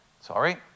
Sorry